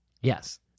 Yes